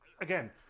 again